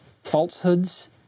falsehoods